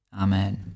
Amen